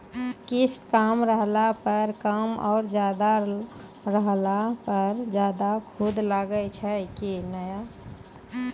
किस्त कम रहला पर कम और ज्यादा रहला पर ज्यादा सूद लागै छै कि नैय?